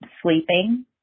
sleeping